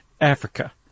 Africa